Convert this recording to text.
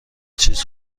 چیز